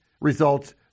results